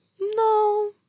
no